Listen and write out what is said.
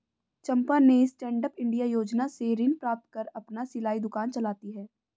चंपा ने stand up India योजना से ऋण प्राप्त कर अपना सिलाई दुकान चलाती है